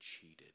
cheated